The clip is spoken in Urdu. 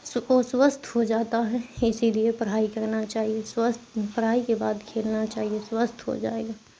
وہ سوستھ ہو جاتا ہے اسی لیے پڑھائی کرنا چاہیے سوستھ پڑھائی کے بعد کھیلنا چاہیے سوستھ ہو جائے گا